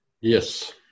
Yes